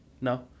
No